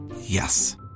Yes